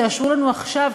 תאשרו לנו עכשיו,